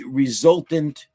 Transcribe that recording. resultant